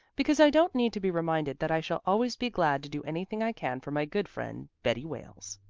because i don't need to be reminded that i shall always be glad to do anything i can for my good friend betty wales.